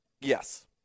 Yes